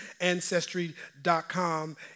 Ancestry.com